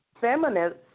feminists